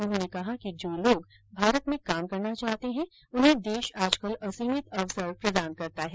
उन्होंने कहा कि जो लोग भारत में काम करना चाहते हैं उन्हें देश आजकल असीमित अवसर प्रदान करता है